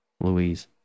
Louise